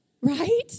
right